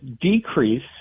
decrease